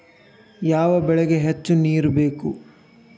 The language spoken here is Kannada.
ಯಾವ ಬೆಳಿಗೆ ಹೆಚ್ಚು ನೇರು ಬೇಕು?